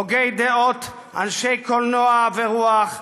הוגי דעות ואנשי קולנוע ורוח,